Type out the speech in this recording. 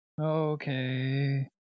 Okay